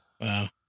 Wow